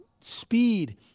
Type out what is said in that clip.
speed